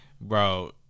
Bro